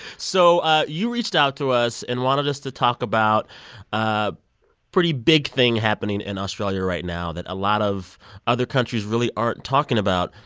so ah you reached out to us and wanted us to talk about a pretty big thing happening in australia right now that a lot of other countries really aren't talking about.